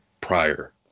prior